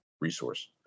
resource